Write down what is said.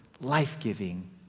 life-giving